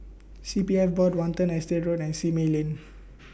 C P F Board Watten Estate Road and Simei Lane